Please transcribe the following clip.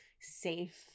safe